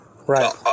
Right